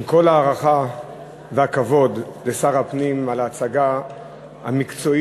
עם כל ההערכה והכבוד לשר הפנים על ההצגה המקצועית